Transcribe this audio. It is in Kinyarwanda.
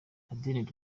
adeline